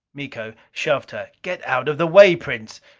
miko shoved her. get out of the way, prince.